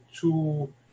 two